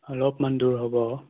অলপমান দূৰ হ'ব